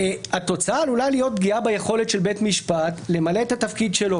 התוצאה עלולה להיות פגיעה ביכולת של בית משפט למלא את התפקיד שלו,